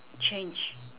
change